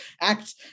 act